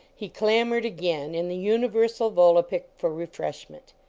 he clamored again, in the universal volapiik, for refreshment.